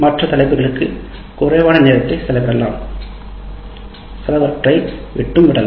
மற்ற சில தலைப்பு கிடைக்க குறைவான நேரத்தை செலவிடவும் செய்யலாம்